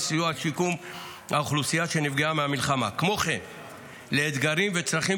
לסיוע בשיקום האוכלוסייה שנפגעה מהמלחמה ולאתגרים ולצרכים